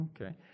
Okay